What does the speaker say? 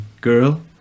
girl